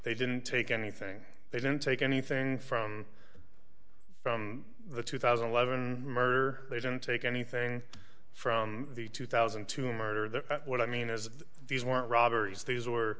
they didn't take anything they didn't take anything from from the two thousand and eleven murder they don't take anything from the two thousand and two murder the what i mean is these weren't robberies these were